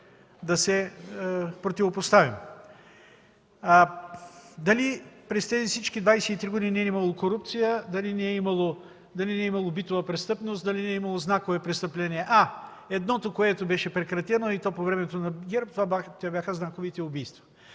да се противопоставим. Дали през всички тези 23 години е имало корупция, дали не е имало, дали е имало битова престъпност, дали не е имало знакови престъпления? А, едното, което беше прекратено, и то по времето на ГЕРБ, това бяха знаковите убийства,